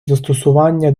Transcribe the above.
застосування